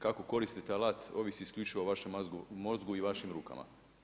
Kako koristiti alat ovisi isključivo o vašem mozgu i vašim rukama.